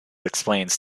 explains